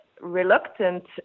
reluctant